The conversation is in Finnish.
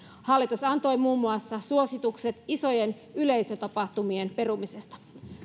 hallitus antoi muun muassa suositukset isojen yleisötapahtumien perumisesta